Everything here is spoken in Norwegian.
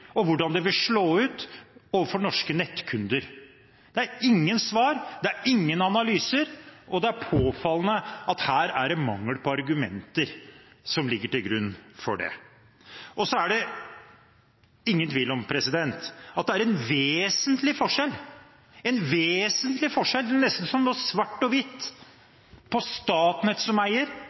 og hvordan det vil slå ut for norske nettkunder. Det er ingen svar, det er ingen analyser, og det er påfallende at her er det mangel på argumenter for å begrunne det. Det er ingen tvil om at det er en vesentlig forskjell. Det er nesten svart–hvitt mellom det å ha Statnett som eier av utenlandskablene, og en privat investor eller en produsent av fornybar kraft i Norge som